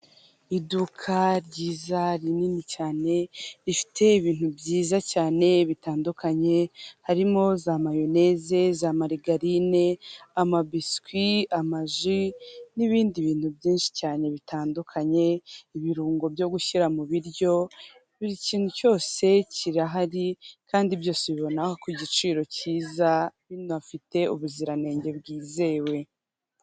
Mu karere ka Muhanga habereyemo irushanwa ry'amagare riba buri mwaka rikabera mu gihugu cy'u Rwanda, babahagaritse ku mpande kugira ngo hataba impanuka ndetse n'abari mu irushanwa babashe gusiganwa nta nkomyi.